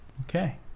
Okay